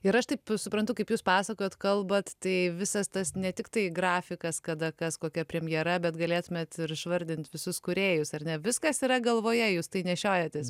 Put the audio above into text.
ir aš taip suprantu kaip jūs pasakojot kalbat tai visas tas ne tiktai grafikas kada kas kokia premjera bet galėtumėt ir išvardint visus kūrėjus ar ne viskas yra galvoje jūs tai nešiojatės